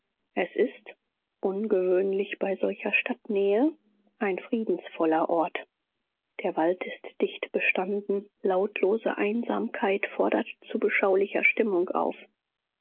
es ist ungewöhnlich bei solcher stadtnähe ein friedensvoller ort der wald ist dicht bestanden lautlose einsamkeit fordert zu beschaulicher stimmung auf